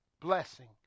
blessing